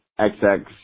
XX